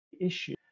issue